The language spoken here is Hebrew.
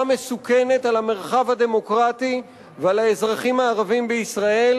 מסוכנת על המרחב הדמוקרטי ועל האזרחים הערבים בישראל,